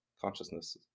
consciousness